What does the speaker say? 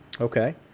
Okay